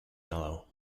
yellow